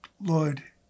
Lord